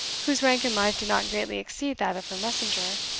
whose rank in life did not greatly exceed that of her messenger.